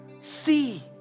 see